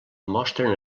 mostren